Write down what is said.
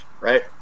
right